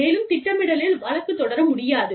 மேலும் திட்டமிடலில் வழக்குத் தொடர முடியாது